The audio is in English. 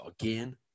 Again